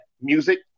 music